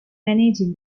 managing